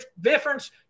difference